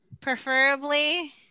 preferably